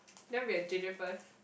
you want be J_J first